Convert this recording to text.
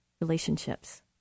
relationships